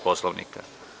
Poslovnika?